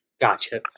Gotcha